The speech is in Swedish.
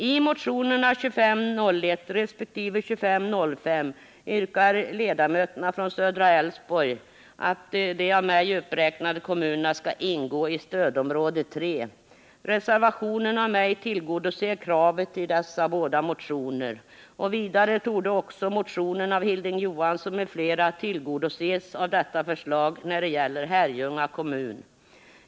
I motionerna 2501 resp. 2505 yrkar ledamöterna från södra Älvsborg att de av mig uppräknade kommunerna skall ingå i stödområde 3. Reservationerna av mig tillgodoser kravet i dessa båda motioner. Vidare torde också motionen av Hilding Johansson m.fl. tillgodoses av detta förslag när det gäller Herrljunga kommun.